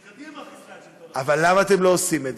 כמו שקדימה עשתה את זה.